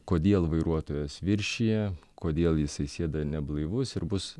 kodėl vairuotojas viršija kodėl jisai sėda neblaivus ir bus